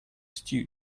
stew